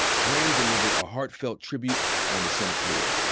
graham delivered a heartfelt tribute on the senate floor.